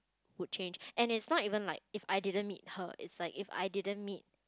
would change and it's not even like if I didn't meet her it's like if I didn't meet